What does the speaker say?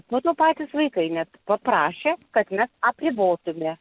po to patys vaikai net paprašė kad mes apribotume